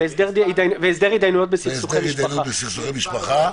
והסדר התדיינויות בסכסוכי משפחה.